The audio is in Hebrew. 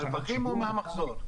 מהרווחים או מהמחזור?